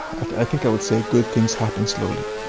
i think i would say good things happen slowly,